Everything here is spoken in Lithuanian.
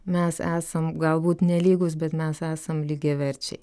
mes esam galbūt nelygūs bet mes esam lygiaverčiai